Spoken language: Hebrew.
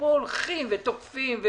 ופה הולכים ותוקפים.